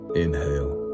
inhale